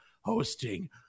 hosting